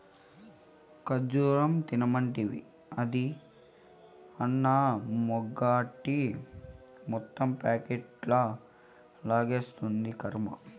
ఖజ్జూరం తినమంటివి, అది అన్నమెగ్గొట్టి మొత్తం ప్యాకెట్లు లాగిస్తాంది, కర్మ